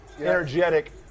energetic